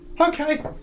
okay